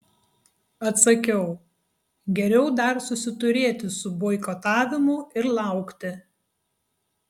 atsakiau geriau dar susiturėti su boikotavimu ir laukti